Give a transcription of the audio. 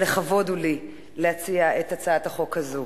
אבל לכבוד הוא לי להציע את הצעת החוק הזאת.